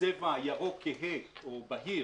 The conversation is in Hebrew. צבע ירוק כהה או בהיר,